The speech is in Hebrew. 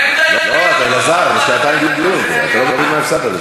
אתה לא צריך כיפה בשביל ישיבה כזאת?